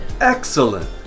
Excellent